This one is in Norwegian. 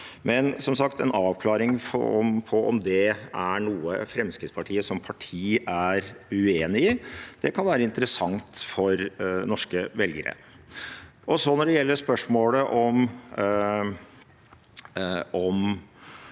en avklaring på om det er noe Fremskrittspartiet som parti er uenig i, kan være interessant for norske velgere. Når det gjelder spørsmålet om